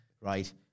right